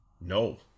no